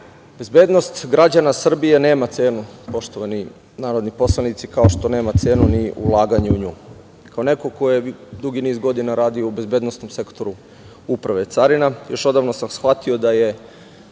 Bezbednost građana Srbije nema cenu, poštovani narodni poslanici, kao što nema cenu ni ulaganje u nju. Kao neko ko je dugi niz godina radio u bezbednosnom sektoru Uprave carina još odavno sam shvatio da je